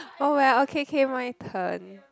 oh well okay okay my turn